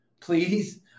please